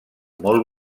molt